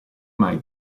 mai